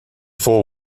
four